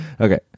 Okay